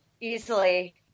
easily